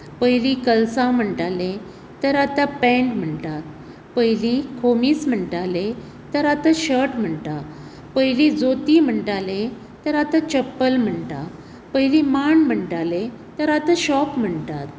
पयलीं कालसांव म्हणटाले तर आतां पॅण्ट म्हणटात पयलीं खोमीस म्हणटाले तर आतां शर्ट म्हणटात पयलीं जोतीं म्हणटाले तर आतां चप्पल म्हणटात पयलीं मांड म्हणटाले तर आतां शॉप म्हणटात